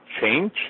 change